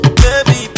baby